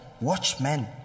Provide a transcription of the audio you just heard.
watchmen